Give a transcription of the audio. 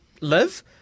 live